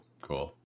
Cool